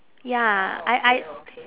ya I I